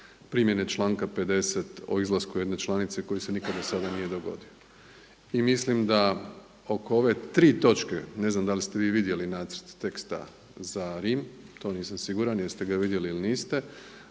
primjene članka 50. o izlasku jedne članice koji se nikad do sada nije dogodio. I mislim da oko ove tri točke, ne znam da li ste vi vidjeli nacrt teksta za Rim, to nisam siguran jeste ga vidjeli ili niste.